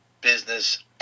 business